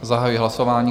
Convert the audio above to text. Zahajuji hlasování.